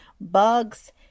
bugs